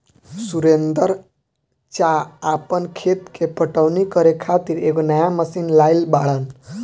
सुरेंदर चा आपन खेत के पटवनी करे खातिर एगो नया मशीन लाइल बाड़न